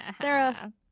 Sarah